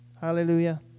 Hallelujah